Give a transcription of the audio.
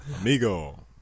amigo